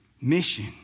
mission